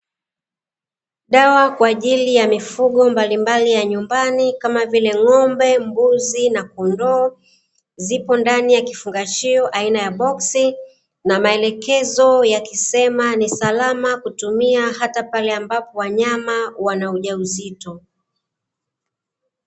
Dawa kwa ajili ya mifugo mbalimbali ya nyumbani kama vile: ng'ombe, mbuzi na kondoo; zipo ndani ya kifungashio aina ya boksi na maelekezo yakisema ni salama kutumia hata pale ambapo wanyama wana ujauzito.